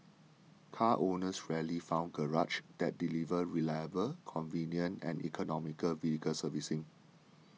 car owners rarely found garages that delivered reliable convenient and economical vehicle servicing